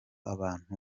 abantu